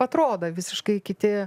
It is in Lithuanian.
atrodo visiškai kiti